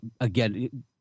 again